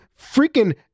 freaking